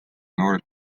noored